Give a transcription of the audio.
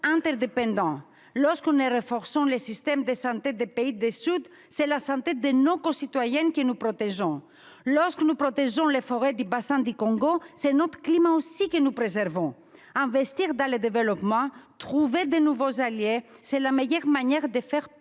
Lorsque nous renforçons les systèmes de santé des pays du Sud, c'est la santé de nos concitoyens que nous protégeons. Lorsque nous protégeons les forêts du bassin du Congo, c'est notre climat aussi que nous préservons. Investir dans le développement, trouver de nouveaux alliés est la meilleure manière de faire peser